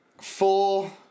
Four